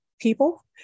People